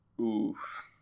Oof